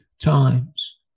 times